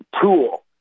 tool